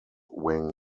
wing